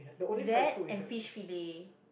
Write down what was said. that and fish fillet